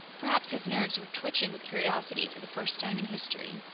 perhaps his nerves were twitching with curiosity for the first time in history.